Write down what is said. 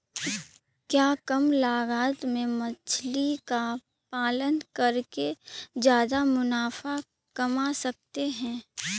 क्या कम लागत में मछली का पालन करके ज्यादा मुनाफा कमा सकते हैं?